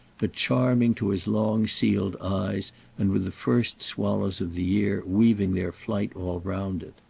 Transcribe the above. but charming to his long-sealed eyes and with the first swallows of the year weaving their flight all round it.